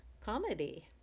comedy